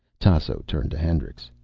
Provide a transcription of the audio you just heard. tasso turned to hendricks.